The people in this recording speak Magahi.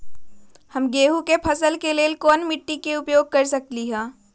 हम गेंहू के फसल के लेल कोन मिट्टी के उपयोग कर सकली ह?